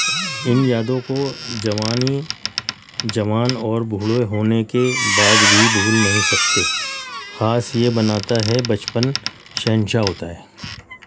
ان یادوں کو جوانی جوان اور بوڑھے ہونے کے بعد بھی بھول نہیں سکتے خاص یہ بناتا ہے بچپن شہنشاہ ہوتا ہے